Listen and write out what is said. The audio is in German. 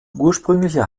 ursprüngliche